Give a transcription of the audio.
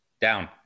Down